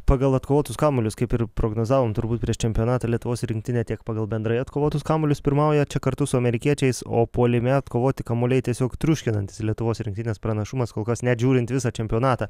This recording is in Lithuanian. pagal atkovotus kamuolius kaip ir prognozavom turbūt prieš čempionatą lietuvos rinktinė tiek pagal bendrai atkovotus kamuolius pirmauja čia kartu su amerikiečiais o puolime atkovoti kamuoliai tiesiog triuškinantis lietuvos rinktinės pranašumas kol kas net žiūrint visą čempionatą